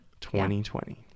2020